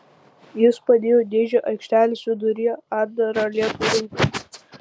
jis padėjo dėžę aikštelės viduryje atdarą lietui rinkti